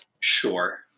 Sure